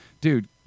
dude